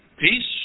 peace